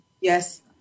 Yes